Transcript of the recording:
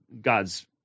God's